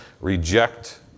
reject